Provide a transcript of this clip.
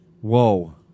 Whoa